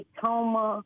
coma